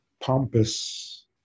pompous